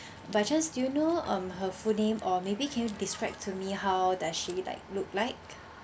but just you know um her full name or maybe can describe to me how does she like look like